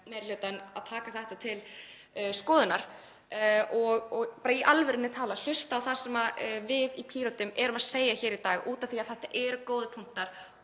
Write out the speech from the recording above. til að taka þetta til skoðunar og bara í alvöru talað hlusta á það sem við í Pírötum erum að segja hér í dag af því að það eru góðir punktar.